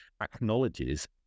acknowledges